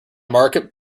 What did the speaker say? market